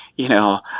you know,